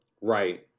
Right